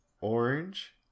orange